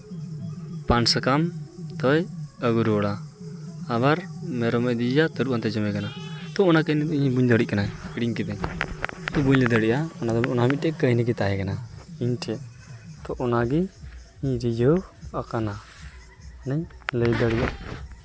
ᱯᱟᱱ ᱥᱟᱠᱟᱢ ᱫᱚᱭ ᱟᱹᱜᱩ ᱨᱩᱣᱟᱹᱲᱟ ᱟᱵᱟᱨ ᱢᱮᱨᱚᱢᱮ ᱤᱫᱤᱭᱮᱭᱟ ᱛᱟᱹᱨᱩᱵ ᱦᱟᱱᱛᱮ ᱡᱚᱢᱮ ᱠᱟᱱᱟ ᱛᱚ ᱚᱱᱟᱠᱤᱱ ᱤᱧ ᱵᱟᱹᱧ ᱫᱟᱲᱭᱟᱜ ᱠᱟᱱᱟ ᱦᱤᱲᱤᱧ ᱠᱤᱫᱟᱹᱧ ᱟᱫᱚ ᱵᱟᱹᱧ ᱞᱟᱹᱭ ᱫᱟᱲᱭᱟᱜᱼᱟ ᱟᱫᱚ ᱚᱱᱟᱜᱮ ᱢᱤᱫᱴᱮᱡ ᱠᱟᱹᱦᱱᱤ ᱜᱮ ᱛᱟᱦᱮᱭᱮᱱᱟ ᱤᱧ ᱴᱷᱮᱡ ᱛᱚ ᱚᱱᱟᱜᱮ ᱟᱠᱟᱱᱟ ᱤᱧ ᱞᱟᱹᱭ ᱫᱟᱲᱮᱭᱟᱜ